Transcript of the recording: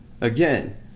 Again